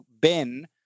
Ben